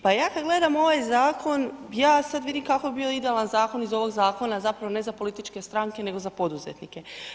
Pa ja kada gledam ovaj zakon, ja sada vidim kako bi bio idealan zakon iz ovog zakona, zapravo ne za političke stranke nego za poduzetnike.